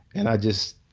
and i just,